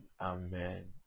Amen